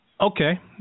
Okay